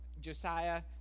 Josiah